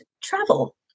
travel